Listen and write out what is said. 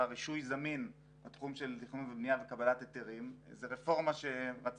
הבירוקרטי בדגש על מימוש התוכנית הכלכלית של משרד